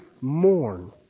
mourn